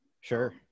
sure